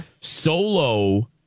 Solo